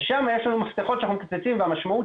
ושם יש לנו מפתחות שאנחנו מקצצים והמשמעות